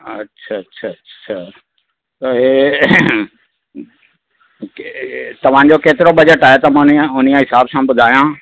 अच्छा अच्छा अच्छा त इहो मूंखे तव्हांजो केतिरो बजेट आहे त मां हुनीअ हुनीअ हिसाब सां ॿुधायां